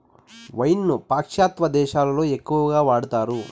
wine ను పాశ్చాత్య దేశాలలో ఎక్కువగా వాడతారు